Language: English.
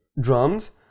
drums